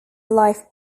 life